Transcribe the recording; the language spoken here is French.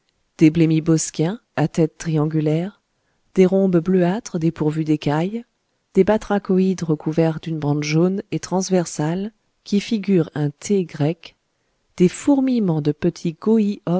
blémies bosquiens à tête triangulaire des rhombes bleuâtres dépourvus d'écailles des batrachoïdes recouverts d'une bande jaune et transversale qui figure un t grec des fourmillements de petits